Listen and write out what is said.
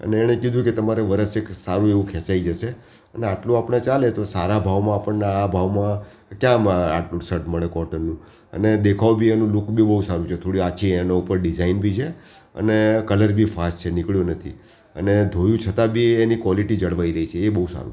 અને એણે કીધું કે તમારે વર્ષ એક સારું એવું ખેંચાઈ જશે અને એટલું આપણે ચાલે તો સારા ભાવમાં આપણને આ ભાવમા ક્યાં આટલું શટ મળે કોટનનું અને દેખાવ બી એનું લૂક બી બહુ સારું છે થોડી આછી એના પર ડિઝાઇન બી છે અને કલર બી ફાસ છે નીકળ્યું નથી અને ધોયું છતાં બી એની કોલિટી જળવાઈ રહી છે એ બહુ સારું છે